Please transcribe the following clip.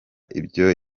ibyo